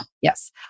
Yes